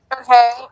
Okay